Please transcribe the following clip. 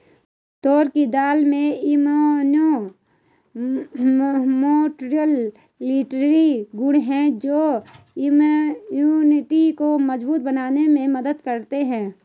तूर दाल में immunomodulatory गुण हैं जो इम्यूनिटी को मजबूत बनाने में मदद करते है